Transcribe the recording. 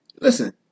listen